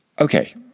Okay